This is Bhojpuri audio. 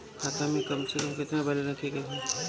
खाता में कम से कम केतना बैलेंस रखे के होईं?